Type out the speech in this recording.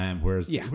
Whereas